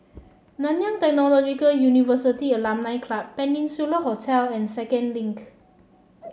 Nanyang Technological University Alumni Club Peninsula Hotel and Second Link